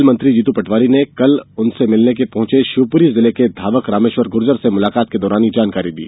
खेल मंत्री जीत पटवारी ने कल उनसे मिलने पहँचे शिवपुरी जिले के धावक रामेश्वर गुर्जर से मुलाकात के दौरान यह जानकारी दी